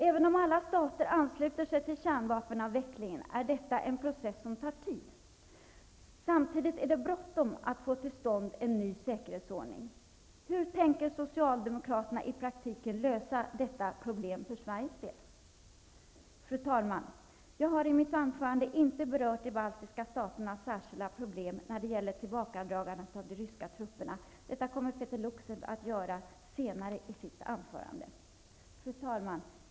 Även om alla stater ansluter sig till kärnvapenavvecklingen är detta en process som tar tid. Samtidigt är det bråttom att få till stånd en ny säkerhetsordning. Hur tänker Socialdemokraterna i praktiken lösa detta problem för Sveriges del? Fru talman! Jag har i mitt anförande inte berört de baltiska staternas särskilda problem när det gäller tillbakadragandet av de ryska trupperna. Detta kommer Peeter Luksep att göra senare i sitt anförande. Fru talman!